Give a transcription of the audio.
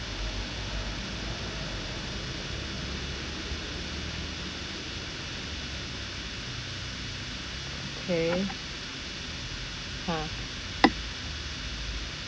K ha